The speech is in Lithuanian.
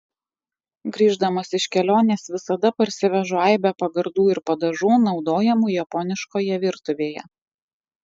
grįždamas iš kelionės visada parsivežu aibę pagardų ir padažų naudojamų japoniškoje virtuvėje